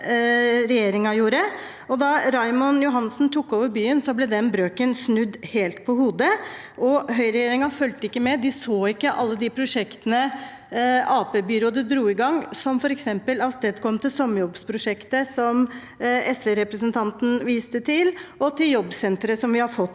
Da Raymond Johansen tok over byen, ble den brøken snudd helt på hodet. Høyre-regjeringen fulgte ikke med. De så ikke alle de prosjektene Arbeiderparti-byrådet dro i gang, og som f.eks. førte til sommerjobbprosjektet som SV-representanten viste til, og jobbsenteret vi har fått